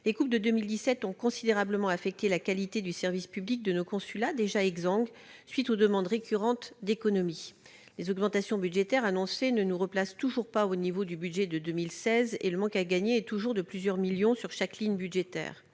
Les coupes de 2017 ont considérablement affecté la qualité du service public rendu par nos consulats, déjà exsangues, à la suite de demandes récurrentes d'économies. Les augmentations budgétaires annoncées ne nous replacent toujours pas au niveau du budget de 2016, et le manque à gagner est toujours de plusieurs millions d'euros sur chaque ligne budgétaire.